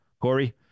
Corey